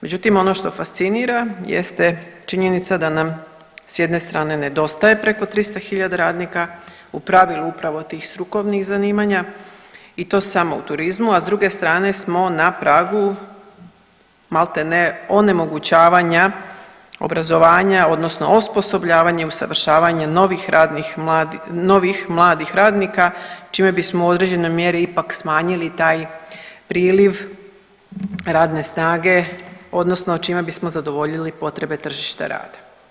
Međutim, ono što fascinira jeste činjenica da nam s jedne strane nedostaje preko 300 hiljada radnika, u pravilu upravo tih strukovnih zanimanja i to samo u turizmu, a s druge strane smo na pragu malte ne onemogućavanja obrazovanja odnosno osposobljavanje i usavršavanje novih radnih, novih mladih radnika čime bismo u određenoj mjeri ipak smanjili taj priliv radne snage odnosno čime bismo zadovoljili potrebe tržišta rada.